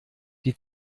die